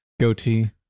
goatee